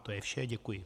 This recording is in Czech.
To je vše, děkuji.